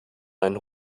einen